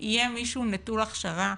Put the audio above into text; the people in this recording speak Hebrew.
יהיה מישהו נטול הכשרה,